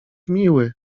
miły